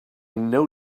know